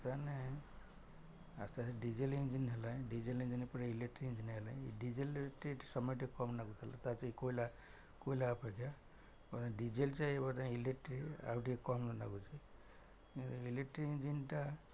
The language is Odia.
ସେ ଆସ୍ତେ ଆସ୍ତେ ଡିଜେଲ ଇଞ୍ଜିନ ହେଲା ଡିଜେଲ ଇଞ୍ଜିନ ପରେ ଇଲେଟ୍ରିକ୍ ଇଞ୍ଜିନ ହେଲାଣି ଡିଜେଲ ସମୟ ଟିକେ କମ୍ ଲାଗୁଥିଲା ତା' କୋଇଲା କୋଇଲା ଅପେକ୍ଷା ଡିଜେଲ ଇଲେଟ୍ରିକ୍ ଆଉ ଟିକେ କମ୍ ଲାଗୁଛି ଇଲେଟ୍ରିକ୍ ଇଞ୍ଜିନଟା